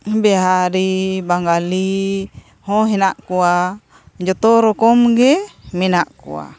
ᱵᱤᱦᱟᱨᱤ ᱵᱟᱝᱜᱟᱞᱤ ᱦᱚᱸ ᱦᱮᱱᱟᱜ ᱠᱚᱣᱟ ᱡᱚᱛᱚ ᱨᱚᱠᱚᱢᱜᱮ ᱢᱮᱱᱟᱜ ᱠᱚᱣᱟ